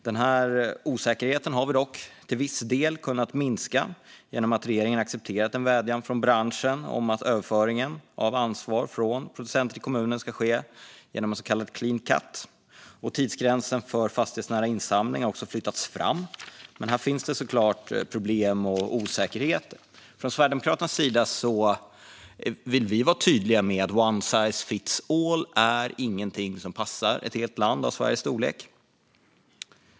Denna osäkerhet har dock till viss del kunnat minska genom att regeringen accepterat en vädjan från branschen om att överföringen av ansvar från producenter till kommuner ska ske genom ett så kallat clean cut. Tidsgränsen för fastighetsnära insamling har också flyttats fram, men här finns såklart problem och osäkerheter. Från Sverigedemokraternas sida vill vi vara tydliga: One size fits all är ingenting som passar ett helt land av Sveriges storlek.